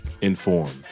informed